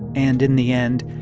and in the end,